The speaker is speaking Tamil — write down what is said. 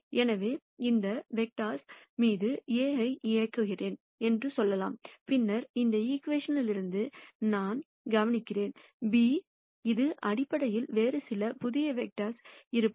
ஆகவே இந்த வெக்டர்ஸ் மீது A ஐ இயக்குகிறேன் என்று சொல்லலாம் பின்னர் இந்த ஈகிவேஷன் லிருந்து நான் கவனிக்கிறேன் b இது அடிப்படையில் வேறு சில புதிய வெக்டர்ஸ்யிடம் இருப்பது